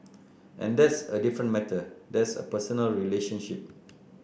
and that's a different matter that's a personal relationship